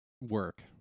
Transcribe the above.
work